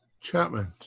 Chapman